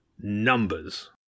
Numbers